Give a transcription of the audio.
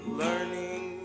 learning